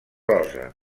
rosa